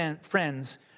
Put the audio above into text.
friends